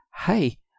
hey